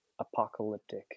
apocalyptic